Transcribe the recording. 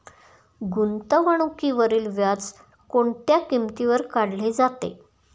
गुंतवणुकीवरील व्याज कोणत्या किमतीवर काढले जाते?